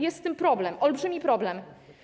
Jest z tym problem, olbrzymi problem.